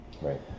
Right